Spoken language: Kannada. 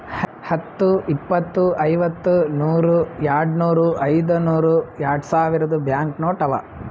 ಹತ್ತು, ಇಪ್ಪತ್, ಐವತ್ತ, ನೂರ್, ಯಾಡ್ನೂರ್, ಐಯ್ದನೂರ್, ಯಾಡ್ಸಾವಿರ್ದು ಬ್ಯಾಂಕ್ ನೋಟ್ ಅವಾ